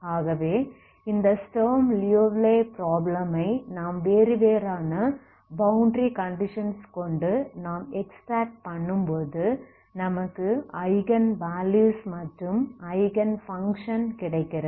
ஆகவே இந்த ஸ்டர்ம் லியோவிலே ப்ராப்ளம் ஐ நாம் வேறு வேறான பௌண்டரி கண்டிஷன்ஸ் கொண்டு நாம் எக்ஸ்ட்ராக்ட் பண்ணும்போது நமக்கு ஐகன் வேல்யூஸ் மற்றும் ஐகன் பங்க்ஷன் கிடைக்கிறது